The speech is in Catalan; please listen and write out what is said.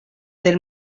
del